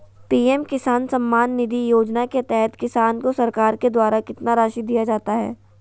PM Kisan Samman Nidhi योजना के तहत किसान को सरकार के द्वारा कितना रासि दिया जाता है?